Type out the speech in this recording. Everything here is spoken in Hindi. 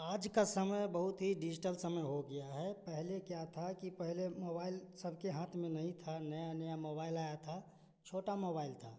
आज का समय बहुत ही डिजिटल समय हो गया है पहले क्या था कि पहले मोबाइल सबके हाथ में नहीं था और नया नया मोबाइल नहीं आया था छोटा मोबाइल था